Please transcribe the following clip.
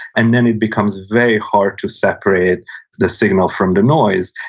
and then, it becomes very hard to separate the signal from the noise,